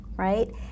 Right